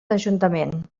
ajuntament